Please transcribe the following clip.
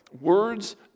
words